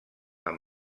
amb